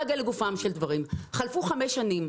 לגופם של דברים: חלפו חמש שנים.